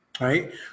Right